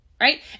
right